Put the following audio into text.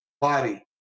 body